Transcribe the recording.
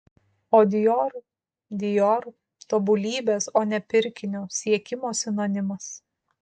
o dior dior tobulybės o ne pirkinio siekimo sinonimas